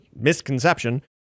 misconception